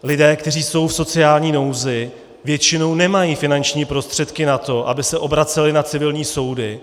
Lidé, kteří jsou v sociální nouzi, většinou nemají finanční prostředky na to, aby se obraceli na civilní soudy.